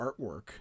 artwork